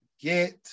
get